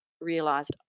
realised